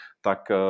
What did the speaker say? tak